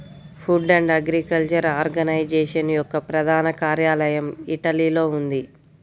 food and agriculture organisation యొక్క ప్రధాన కార్యాలయం ఇటలీలో ఉంది